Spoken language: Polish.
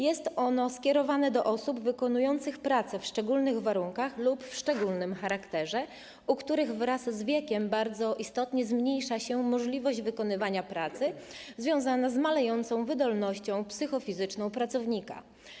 Jest ono skierowane do osób wykonujących prace w szczególnych warunkach lub o szczególnym charakterze, u których wraz z wiekiem bardzo istotnie zmniejsza się możliwość wykonywania pracy, co jest związane z malejącą wydolnością psychofizyczną pracownika.